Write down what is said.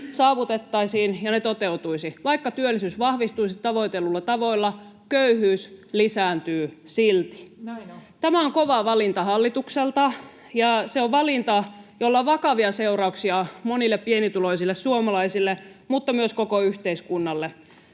saavutettaisiin ja ne toteutuisivat. Vaikka työllisyys vahvistuisi tavoitelluilla tavoilla, köyhyys lisääntyy silti. [Vasemmalta: Näin on!] Tämä on kova valinta hallitukselta, ja se on valinta, jolla on vakavia seurauksia monille pienituloisille suomalaisille mutta myös koko yhteiskunnalle.